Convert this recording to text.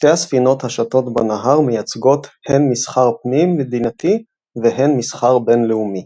שתי הספינות השטות בנהר מייצגות הן מסחר פנים מדינתי והן מסחר בינלאומי.